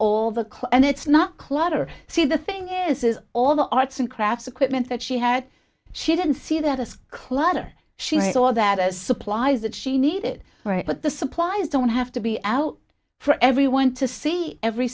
clothes and it's not clutter see the thing is is all the arts and crafts equipment that she had she didn't see that as clutter she saw that as supplies that she needed right but the supplies don't have to be out for everyone to see every